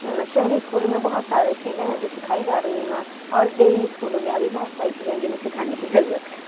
شہری اسکولوں میں بہت سارے چیزیں ہیں جو سکھائی جا رہی ہیں اور دیہی اسکولوں میں ابھی بہت ساری چیزیں ہیں جنہیں سکھانے کی ضرورت ہے